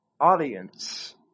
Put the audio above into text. audience